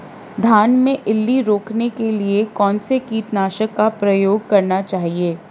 धान में इल्ली रोकने के लिए कौनसे कीटनाशक का प्रयोग करना चाहिए?